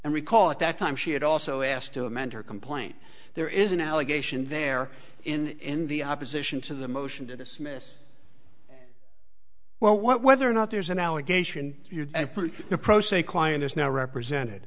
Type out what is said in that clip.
and recall at that time she had also asked to amend her complaint there is an allegation there in the opposition to the motion to dismiss well what whether or not there's an allegation the pro se client is now represented